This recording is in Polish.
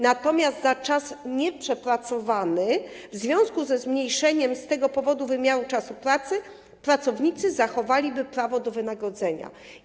Natomiast za czas nieprzepracowany w związku ze zmniejszeniem z tego powodu wymiaru czasu pracy pracownicy zachowaliby prawo do wynagrodzenia.